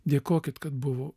dėkokit kad buvo